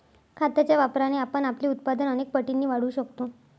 खताच्या वापराने आपण आपले उत्पादन अनेक पटींनी वाढवू शकतो